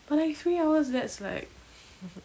but like three hours that's like